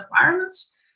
environments